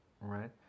Right